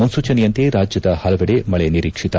ಮುನ್ಲೂಚನೆಯಂತೆ ರಾಜ್ಯದ ಪಲವೆಡೆ ಮಳೆ ನಿರೀಕ್ಷಿತ